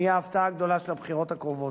נהיה ההפתעה הגדולה של הבחירות הקרובות.